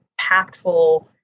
impactful